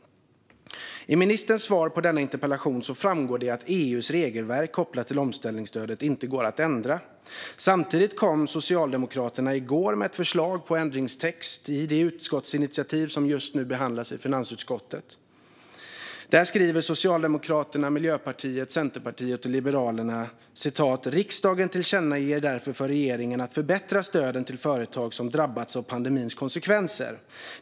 I ministerns svar på denna interpellation framgår det att EU:s regelverk kopplat till omställningsstödet inte går att ändra. Samtidigt kom Socialdemokraterna i går med ett förslag på ändringstext i det utskottsinitiativ som just nu behandlas i finansutskottet. Där föreslår Socialdemokraterna, Miljöpartiet, Centerpartiet och Liberalerna att riksdagen ska tillkännage för regeringen att stöden till företag som drabbats av pandemins konsekvenser ska förbättras.